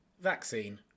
vaccine